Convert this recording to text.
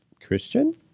Christian